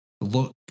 look